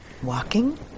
walking